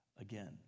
Again